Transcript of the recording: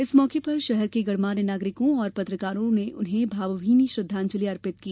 इस मौके पर शहर के गणमान्य नागरिकों और पत्रकारों ने उन्हें भावभीनी श्रद्वांजली दी